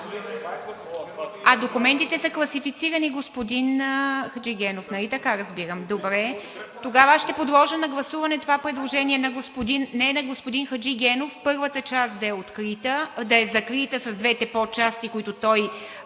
А документите са класифицирани, господин Хаджигенов, нали така разбирам? Добре. Тогава аз ще подложа на гласуване това предложение на господин Хаджигенов: първата част да е закрита с двете подчасти, които той